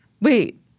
Wait